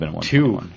Two